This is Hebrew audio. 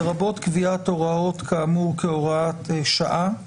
לרבות קביעת הוראות כאמור כהוראת שעה,